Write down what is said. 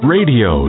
Radio